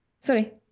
Sorry